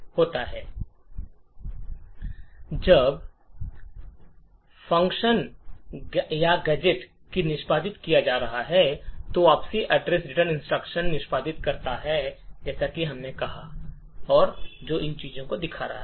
अब जब फ़ंक्शन या गैजेट को निष्पादित किया जा रहा है तो वापसी निर्देश निष्पादित करता है जैसा कि हमने कहा है कि दो चीजें होंगी